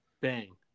Bang